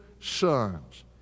sons